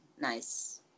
nice